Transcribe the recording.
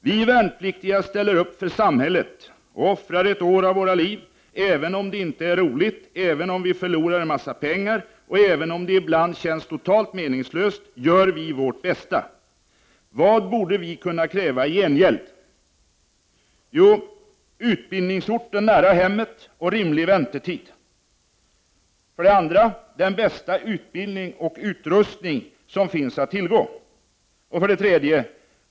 Vi värnpliktiga ställer upp för samhället och offrar ett år av våra liv, även om det inte är roligt, även om vi förlorar en massa pengar och även om det ibland känns totalt meningslöst, gör vi vårt bästa. Vad borde vi kunna kräva i gengäld? + Den bästa utbildning och utrustning som finns att tillgå. "